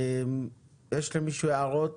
יש למישהו הערות